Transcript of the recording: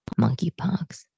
Monkeypox